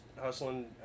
hustling